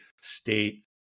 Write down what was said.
state